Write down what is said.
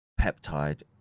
peptide